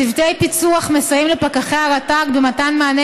צוותי פיצו"ח מסייעים לפקחי הרט"ג במתן מענה